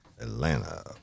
Atlanta